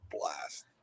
blast